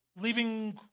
leaving